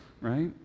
right